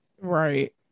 Right